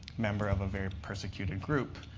member of a very persecuted group,